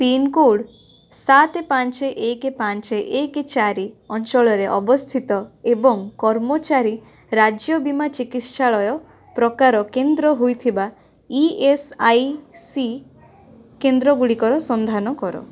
pincode ସାତ ପାଞ୍ଚ ଏକ ପାଞ୍ଚ ଚାରି ଅଞ୍ଚଳରେ ଅବସ୍ଥିତ ଏବଂ କର୍ମଚାରୀ ରାଜ୍ୟ ବୀମା ଚିକିତ୍ସାଳୟ ପ୍ରକାର କେନ୍ଦ୍ର ହୋଇଥିବା ଇ ଏସ୍ ଆଇ ସି କେନ୍ଦ୍ରଗୁଡ଼ିକର ସନ୍ଧାନ କର